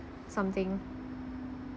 something